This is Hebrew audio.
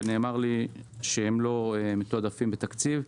ונאמר לי שהם לא מתועדפים בתקציב.